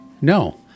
No